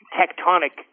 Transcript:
tectonic